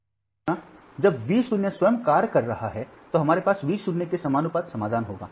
इसी तरह जब V 0 स्वयं कार्य कर रहा है तो हमारे पास V 0 के समानुपाती समाधान होगा